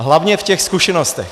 Hlavně v těch zkušenostech.